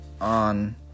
on